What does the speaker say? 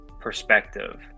perspective